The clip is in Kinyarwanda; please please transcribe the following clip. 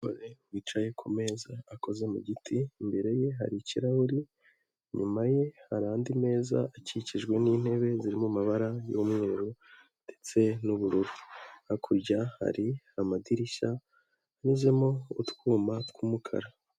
Umugore wicaye ku meza akoze mu giti, imbere ye hari ikirahuri, inyuma ye hari andi meza akikijwe n'intebe zirimo amabara y'umweru ndetse n'ubururu. Hakurya hari amadirishya anyuzemo utwuma tw'umukara.